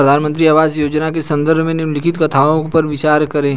प्रधानमंत्री आवास योजना के संदर्भ में निम्नलिखित कथनों पर विचार करें?